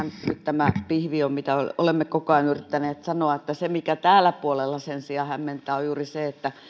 tämä pihvi on mitä olemme koko ajan yrittäneet sanoa se mikä tällä puolella sen sijaan hämmentää on juuri se